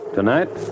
Tonight